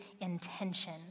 intention